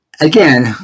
Again